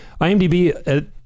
imdb